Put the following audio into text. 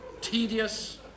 tedious